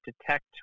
detect